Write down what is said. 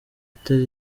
itari